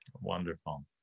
wonderful